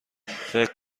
فکر